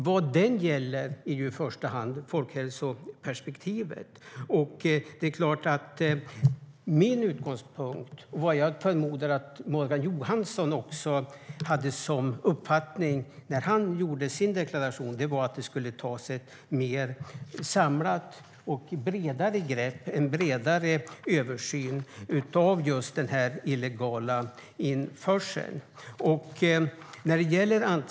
Vad den gäller är i första hand folkhälsoperspektivet. Min utgångspunkt, som jag tror att också Morgan Johansson hade som uppfattning när han gjorde sin deklaration, är att det ska göras en samlad och bredare översyn av denna illegala införsel.